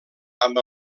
amb